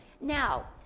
Now